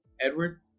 Edward